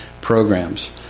programs